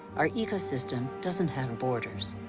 our ecosystem doesn't have borders.